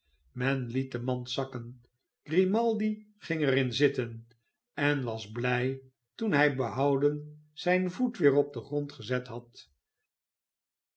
liet de mand zakken grimaldi ginger in zitten en was blij toen hij behouden zijn voet weer op den grond gezet had